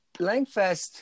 LangFest